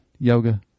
Yoga